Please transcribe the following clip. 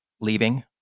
leaving